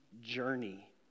journey